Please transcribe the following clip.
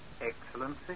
Excellency